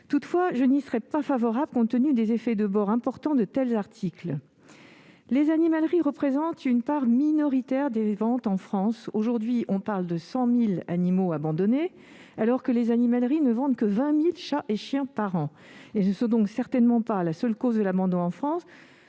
Toutefois, je n'y serai pas favorable, compte tenu des importants effets de bord de telles dispositions. Les animaleries représentent une part minoritaire des ventes en France, aujourd'hui : on parle de 100 000 animaux abandonnés par an, alors que les animaleries ne vendent que 20 000 chats et chiens chaque année. Elles ne sont donc certainement pas la seule cause de l'abandon des